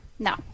No